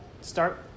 start